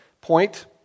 point